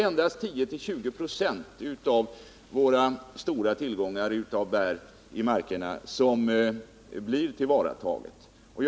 Endast 10-20 926 av våra stora tillgångar av bär i markerna tillvaratages nu.